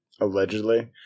Allegedly